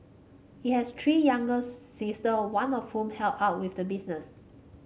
he has three younger sister one of whom help out with the business